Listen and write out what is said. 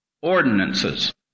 ordinances